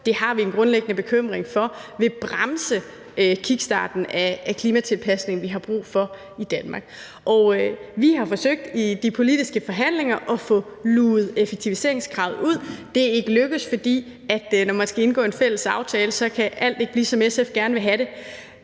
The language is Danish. på, har vi en grundlæggende bekymring for vil bremse kickstarten af klimatilpasninger, som vi har brug for i Danmark. Og vi har i de politiske forhandlinger forsøgt at få luget effektiviseringskravet ud. Det er ikke lykkedes, for når man skal indgå en fælles aftale, kan alt ikke blive, som SF gerne vil have det.